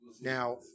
Now